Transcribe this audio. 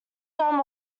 gum